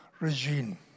regime